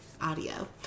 audio